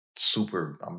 super